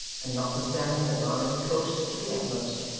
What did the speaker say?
and notwithstanding that barnaby coaxed to the utmost,